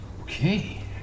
okay